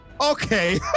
Okay